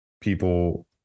people